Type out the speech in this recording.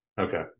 Okay